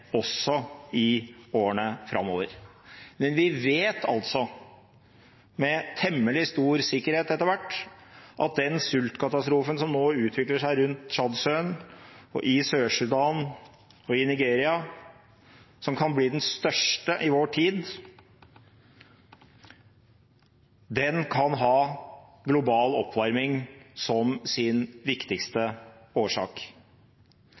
også i årene framover. Men vi vet med temmelig stor sikkerhet etter hvert at den sultkatastrofen som nå utvikler seg rundt Tsjadsjøen, i Sør-Sudan og i Nigeria, som kan bli den største i vår tid, kan ha global oppvarming som sin viktigste årsak.